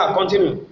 continue